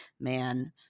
man